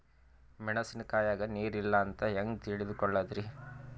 ಮೆಣಸಿನಕಾಯಗ ನೀರ್ ಇಲ್ಲ ಅಂತ ಹೆಂಗ್ ತಿಳಕೋಳದರಿ?